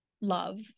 love